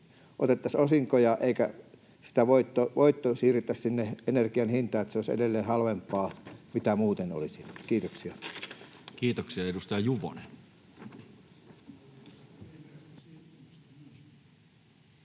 otettaisi osinkoja eikä sitä voittoa siirrettäisi sinne energian hintaan vaan se olisi edelleen halvempaa kuin muuten olisi. — Kiitoksia. [Speech